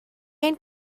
ein